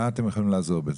מה אתם יכולים לעזור בזה?